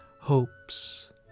hopes